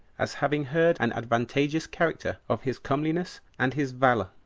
as having heard an advantageous character of his comeliness and his valor.